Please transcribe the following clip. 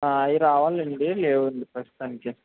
ఆ అవి రావాలండి లేవండి ప్రస్తుతానికి